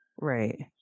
right